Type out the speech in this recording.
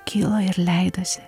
kyla ir leidosi